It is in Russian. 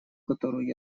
которую